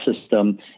system